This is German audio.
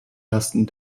lasten